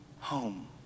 home